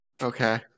Okay